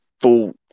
full